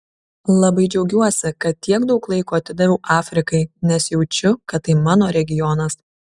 labai džiaugiuosi kad tiek daug laiko atidaviau afrikai nes jaučiu kad tai mano regionas